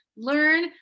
learn